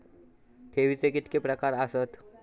ठेवीचे कितके प्रकार आसत?